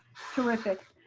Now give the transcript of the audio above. terrific.